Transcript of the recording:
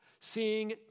Seeing